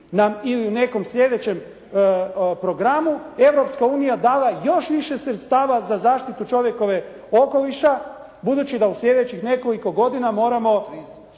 ili nekom sljedećem programu Europska unija dala još više sredstava za zaštitu čovjekove, okoliša budući da u sljedećih nekoliko godina moramo